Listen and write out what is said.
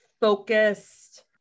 focused